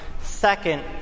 second